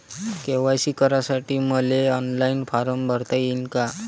KYC करासाठी मले online form भरता येईन का?